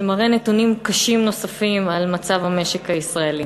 ומראה נתונים קשים נוספים על מצב המשק הישראלי.